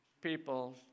people